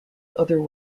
other